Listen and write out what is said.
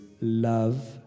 love